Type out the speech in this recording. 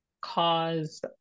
cause